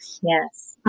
yes